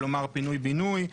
כלומר פינוי-בינוי.